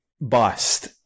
bust